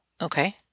Okay